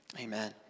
Amen